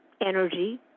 energy